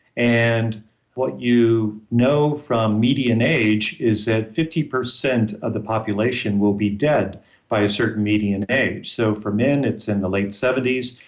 and what you know from median age, is that, fifty percent of the population will be dead by a certain median age. so, for men, it's in the late seventy s,